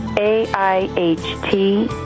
A-I-H-T